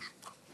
ברשותך.